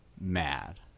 mad